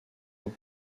ont